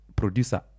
producer